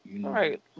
Right